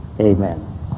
Amen